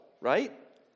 right